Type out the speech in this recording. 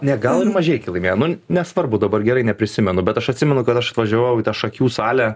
ne gal ir mažeikiai laimėjo nu nesvarbu dabar gerai neprisimenu bet aš atsimenu kad aš atvažiavau į tą šakių salę